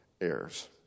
heirs